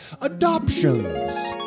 Adoptions